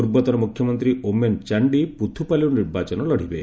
ପୂର୍ବତନ ମୁଖ୍ୟମନ୍ତ୍ରୀ ଓମେନ୍ ଚାଣ୍ଡୀ ପୁଥୁପାଲ୍କୀରୁ ନିର୍ବାଚନ ଲଢିବେ